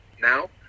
now